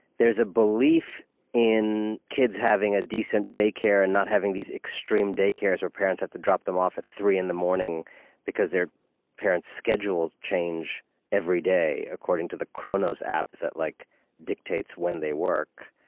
there's a belief in kids having a decent daycare and not having these extreme daycares where parents have to drop them off at three in the morning because their parents' schedules change every day according to the kronos app that like dictates when they work,